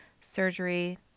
surgery